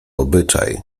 obyczaj